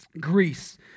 Greece